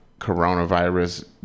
Coronavirus